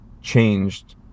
changed